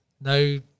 No